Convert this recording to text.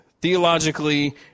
theologically